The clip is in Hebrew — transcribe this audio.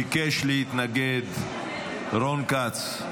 ביקש להתנגד רון כץ.